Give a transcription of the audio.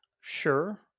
Sure